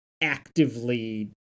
actively